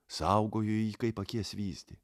saugojo jį kaip akies vyzdį